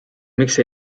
miks